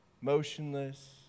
motionless